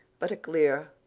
but a clear,